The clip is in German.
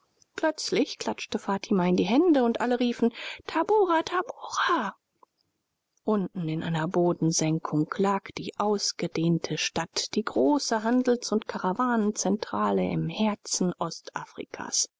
plötzlich klatschte fatima in die hände und alle riefen tabora tabora unten in einer bodensenkung lag die ausgedehnte stadt die große handels und karawanenzentrale im herzen ostafrikas